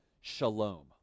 shalom